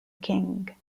king